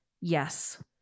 Yes